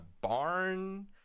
barn